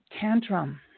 tantrum